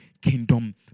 kingdom